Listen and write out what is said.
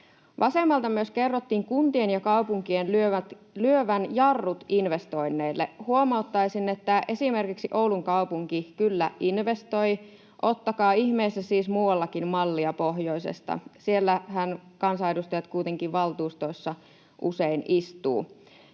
Vasemmalta myös kerrottiin kuntien ja kaupunkien lyövän jarrut investoinneille. Huomauttaisin, että esimerkiksi Oulun kaupunki kyllä investoi. Ottakaa ihmeessä siis muuallakin mallia pohjoisesta. Siellähän kansanedustajat kuitenkin valtuustoissa usein istuvat.